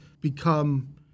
become